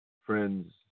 friends